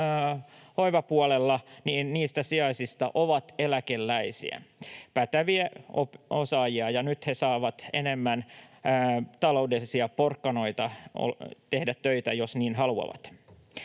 hoivan puolella on eläkeläisiä, päteviä osaajia, ja nyt he saavat enemmän taloudellisia porkkanoita tehdä töitä, jos niin haluavat.